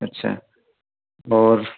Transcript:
अच्छा और